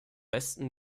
besten